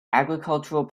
agricultural